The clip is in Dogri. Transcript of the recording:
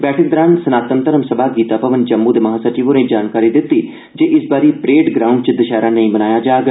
बैठक दौरान सनातन सभा गीता भवन जम्मू दे महा सचिव होरें जानकारी दिती जे इस बारी परेड ग्राऊं च दशैहरा नेई मनाया जाग